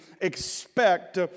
expect